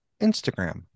Instagram